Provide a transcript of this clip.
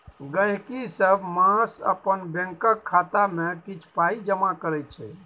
गहिंकी सब मास अपन बैंकक खाता मे किछ पाइ जमा करै छै